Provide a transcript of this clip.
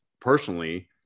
personally